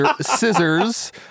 scissors